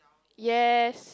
yes